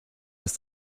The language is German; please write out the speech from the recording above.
des